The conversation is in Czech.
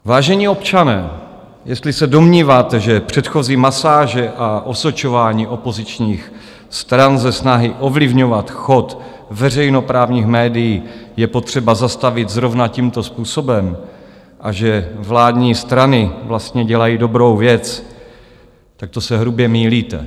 Vážení občané, jestli se domníváte, že předchozí masáže a osočování opozičních stran ze snahy ovlivňovat chod veřejnoprávních médií je potřeba zastavit zrovna tímto způsobem a že vládní strany vlastně dělají dobrou věc, tak to se hrubě mýlíte.